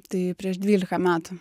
tai prieš dvylika metų